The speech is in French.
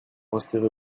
resterez